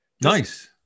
nice